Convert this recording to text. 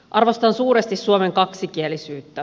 arvostan suuresti suomen kaksikielisyyttä